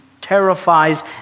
terrifies